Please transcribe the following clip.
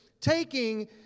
taking